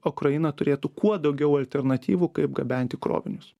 ukraina turėtų kuo daugiau alternatyvų kaip gabenti krovinius